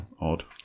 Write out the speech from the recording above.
Odd